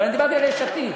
אבל אני דיברתי על יש עתיד.